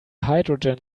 hydrogen